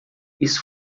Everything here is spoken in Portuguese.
isso